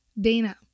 Dana